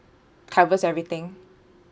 covers everything